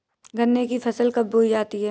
गन्ने की फसल कब बोई जाती है?